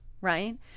Right